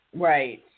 right